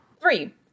Three